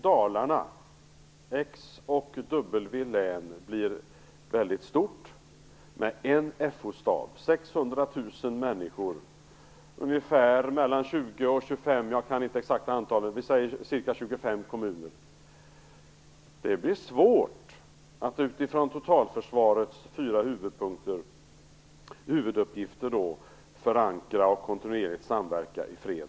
Dalarna - X och W län - blir väldig stort med en FO stab, 600 000 människor och ca 25 kommuner. Det blir svårt att utifrån totalförsvarets fyra huvuduppgifter förankra och kontinuerligt samverka i fred.